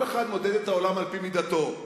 כל אחד מודד את העולם על-פי מידתו.